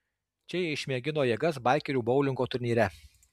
čia jie išmėgino jėgas baikerių boulingo turnyre